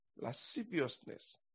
Lasciviousness